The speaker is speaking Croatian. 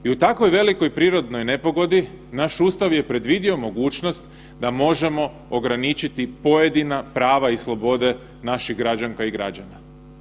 I u takvoj velikoj prirodnoj nepogodi naš Ustav je predvidio mogućnost da možemo ograničiti pojedina prava i slobode naših građana i građanki.